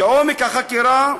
כעומק החקירה,